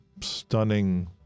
stunning